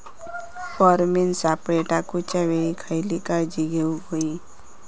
Pheromone सापळे टाकूच्या वेळी खयली काळजी घेवूक व्हयी?